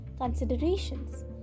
considerations